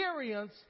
experience